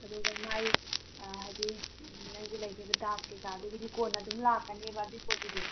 ꯑꯗꯨꯒ ꯃꯥꯏ ꯍꯥꯏꯗꯤ ꯅꯪꯒꯤ ꯂꯩꯒꯤꯕ ꯗꯥꯛ ꯀꯩꯀꯥꯗꯨꯒꯤꯗꯤ ꯀꯣꯟꯅ ꯑꯗꯨꯝ ꯂꯥꯛꯀꯅꯦꯕ ꯑꯗꯨꯏ ꯄꯣꯠꯇꯨꯗꯤ